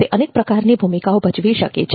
તે અનેક પ્રકારની ભૂમિકાઓ ભજવી શકે છે